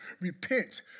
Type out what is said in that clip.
Repent